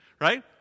right